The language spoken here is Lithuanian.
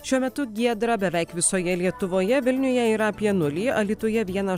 šiuo metu giedra beveik visoje lietuvoje vilniuje yra apie nulį alytuje vienas